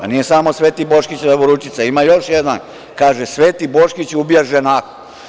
Nije samo sveti Boškić levoručica, ima još jedan, kaže, sveti Boškić ubija ženahu.